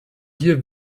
hier